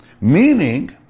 Meaning